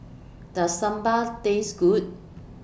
Does Sambar Taste Good